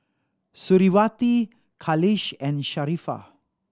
Suriawati Khalish and Sharifah